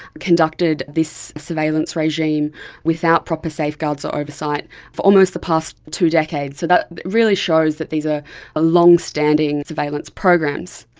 conducted this surveillance regime without proper safeguards or oversight for almost the past two decades. so that really shows that these are ah long-standing surveillance programs.